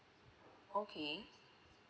okay